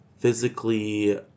Physically